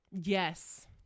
Yes